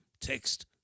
text